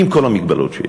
עם כל המגבלות שיש.